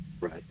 right